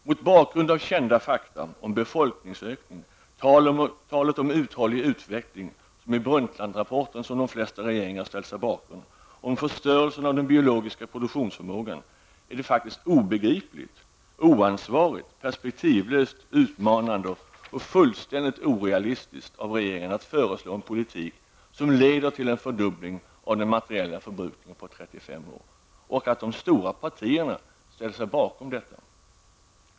Mot bakgrund av kända fakta om befolkningsökning, talet i Brundtlandrapporten om en uthållig utveckling -- som de flesta regeringar ställer sig bakom -- och om förstörelsen av den biologiska produktionsförmågan är det faktiskt obegripligt, oansvarigt, perspektivlöst, utmanande och fullständigt orealistiskt av regeringen att föreslå en politik som leder till en fördubbling av den materiella förbrukningen på 35 år, och att de stora partierna ställer sig bakom detta vanvett.